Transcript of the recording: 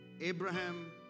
Abraham